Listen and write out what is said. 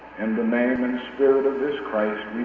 in the name and spirit of this christ,